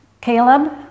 Caleb